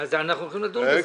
אז אנחנו הולכים לדון בזה.